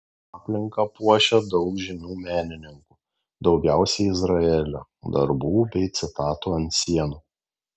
aplinką puošia daug žymių menininkų daugiausiai izraelio darbų bei citatų ant sienų